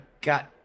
got